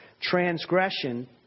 transgression